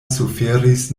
suferis